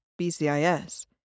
BCIS